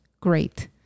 great